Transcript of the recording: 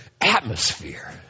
atmosphere